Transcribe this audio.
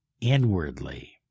inwardly